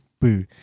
boo